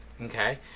Okay